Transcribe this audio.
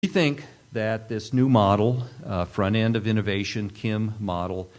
אנחנו חושבים שהמודל הראשון של המנהיגה, מודל קים...